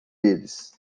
eles